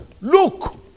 Look